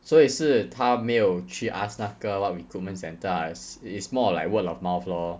所以是他没有去 ask 那个 what recruitment centre ah is it is more like word of mouth lor